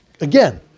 Again